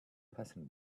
passing